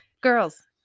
Girls